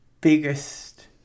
biggest